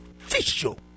official